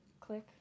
click